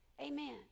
Amen